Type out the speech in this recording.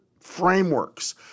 frameworks